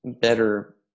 better